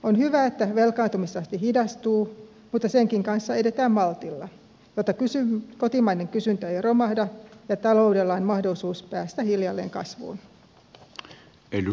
on hyvä että velkaantumistahti hidastuu mutta senkin kanssa edetään maltilla jotta kotimainen kysyntä ei romahda ja taloudella on mahdollisuus päästä hiljalleen kasvuun